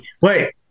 Wait